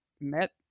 met